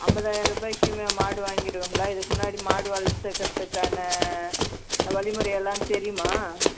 ஐம்பதாயிர ரூபாயிக்கு மே மாடு வாங்கிடுவிங்களா இதுக்கு முன்னாடி மாடு வளர்த்துருக்குறத்துக்கான வழிமுறையெல்லாம் தெரியுமா